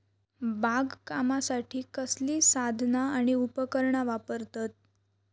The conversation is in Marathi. बागकामासाठी कसली साधना आणि उपकरणा वापरतत?